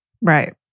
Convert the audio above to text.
Right